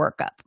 workup